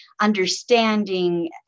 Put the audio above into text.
understanding